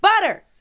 Butter